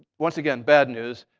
once again, bad news.